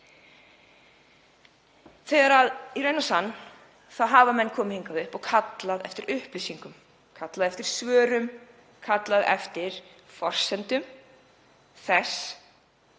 haggað. En í raun og sann hafa menn komið hingað upp og kallað eftir upplýsingum, kallað eftir svörum, kallað eftir forsendum þess